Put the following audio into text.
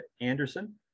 anderson